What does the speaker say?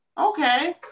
Okay